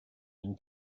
own